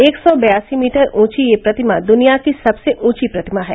एक सौ बयासी मीटर ऊंची यह प्रतिमा दुनिया की सबसे ऊंची प्रतिमा है